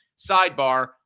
Sidebar